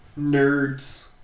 nerds